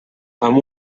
amb